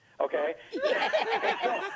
Okay